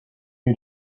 you